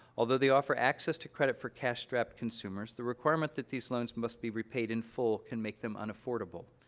although they offer access to credit for cash-strapped consumers, the requirement that these loans must be repaid in full can make them unaffordable.